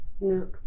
no